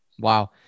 Wow